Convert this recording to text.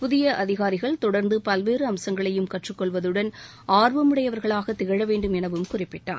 புதிய அதிகாரிகள் தொடர்ந்து பல்வேறு அம்சங்களையும் கற்றுக் கொள்வதுடன் ஆர்வமுடையவர்களாக திகழ வேண்டும் எனவும் குறிப்பிட்டார்